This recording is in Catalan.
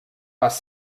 pas